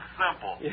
simple